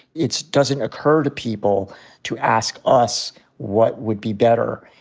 it doesn't occur to people to ask us what would be better.